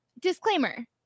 Disclaimer